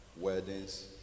weddings